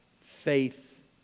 faith